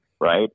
right